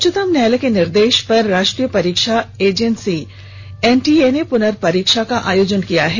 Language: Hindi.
उच्चतम न्यायालय के निर्देश पर राष्ट्रीय परीक्षा एजेंसी एनटीए ने पुनर्परीक्षा का आयोजन किया है